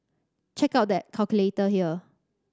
check out the calculator here